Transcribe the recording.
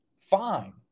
fine